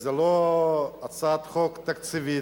זו לא הצעת חוק תקציבית.